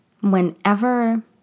whenever